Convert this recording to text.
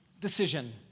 decision